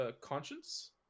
conscience